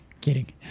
kidding